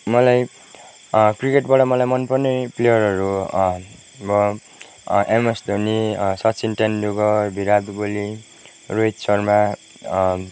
मलाई क्रिकेटबाट मलाई मन पर्ने प्लेयरहरू भयो एमएस धोनी सचिन तेनडुल्कर विराट कोली रोहित शर्मा